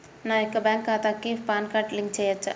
నా యొక్క బ్యాంక్ ఖాతాకి పాన్ కార్డ్ లింక్ చేయవచ్చా?